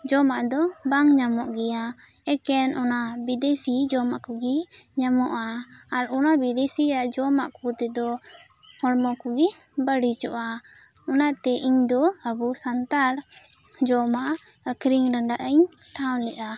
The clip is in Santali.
ᱡᱚᱢᱟᱜ ᱫᱚ ᱵᱟᱝ ᱧᱟᱢᱚᱜ ᱜᱮᱭᱟ ᱮᱠᱮᱱ ᱚᱱᱟ ᱵᱤᱫᱮᱥᱤ ᱡᱚᱢᱟᱜ ᱠᱚᱜᱮ ᱧᱟᱢᱚᱜᱼᱟ ᱟᱨ ᱚᱱᱟ ᱵᱤᱫᱮᱥᱤᱭᱟᱜ ᱡᱚᱢᱟᱜ ᱠᱚᱛᱮ ᱫᱚ ᱦᱚᱲᱢᱚ ᱠᱚᱜᱮ ᱵᱟᱲᱤᱡᱚᱜᱼᱟ ᱚᱱᱟᱛᱮ ᱤᱧ ᱫᱚ ᱟᱵᱚ ᱥᱟᱱᱛᱟᱲ ᱡᱚᱢᱟᱜ ᱟᱹᱠᱷᱨᱤᱧ ᱨᱮᱭᱟᱜ ᱤᱧ ᱴᱷᱟᱸᱣ ᱞᱮᱫᱼᱟ